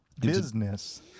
Business